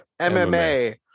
MMA